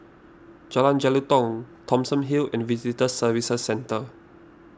Jalan Jelutong Thomson Hill and Visitor Services Centre